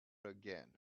again